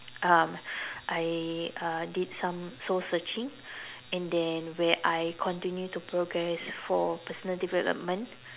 um I uh did some soul searching and then where I continue to progress for personal development